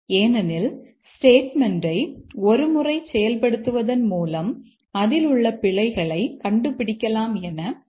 ஏனெனில் ஸ்டேட்மெண்ட்யை ஒரு முறை செயல்படுத்துவதன் மூலம் அதில் உள்ள பிழைகளை கண்டுபிடிக்கலாம் என கூற முடியாது